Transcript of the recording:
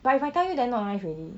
but if I tell you then not nice already